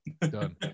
Done